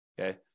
okay